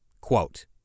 Quote